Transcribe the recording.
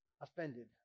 offended